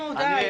נו, די.